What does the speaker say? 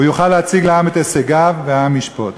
הוא יוכל להציג לעם את הישגיו, והעם ישפוט.